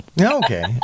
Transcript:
Okay